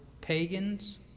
pagans